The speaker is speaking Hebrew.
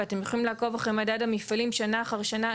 אתם יכולים לעקוב אחרי מדד המפעלים שנה אחר שנה.